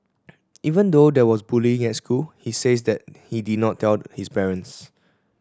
even though there was bullying in school he says he did not tell his parents